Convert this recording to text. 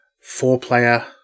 four-player